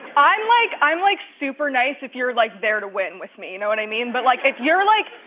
i'm, like i'm like, super nice, if you're, like, there to win with me. you know what i mean? but, like, if you're, like,